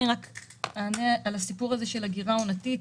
רק אענה על עניין האגירה העונתית,